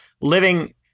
living